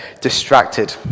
distracted